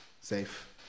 safe